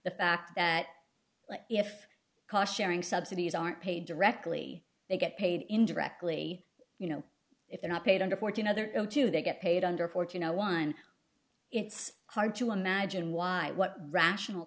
the fact that if cautioning subsidies aren't paid directly they get paid indirectly you know if they're not paid under fourteen other two they get paid under fourteen i won it's hard to imagine why what rational